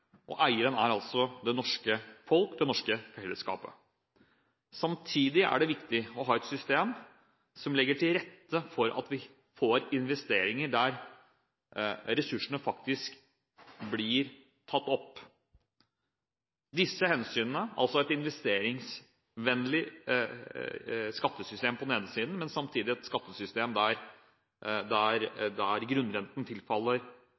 og eieren er altså det norske folk, det norske fellesskapet. Samtidig er det viktig å ha et system som legger til rette, slik at vi får investeringer der ressursene faktisk blir tatt opp. Disse hensynene – altså et investeringsvennlig skattesystem på den ene siden, men samtidig et skattesystem der grunnrenten tilfaller